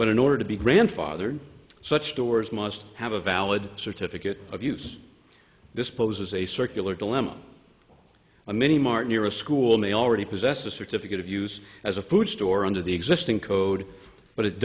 but in order to be grandfathered such stores must have a valid certificate of use this poses a circular dilemma a mini mart near a school may already possess a certificate of use as a food store under the existing code but it